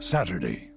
Saturday